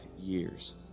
years